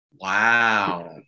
Wow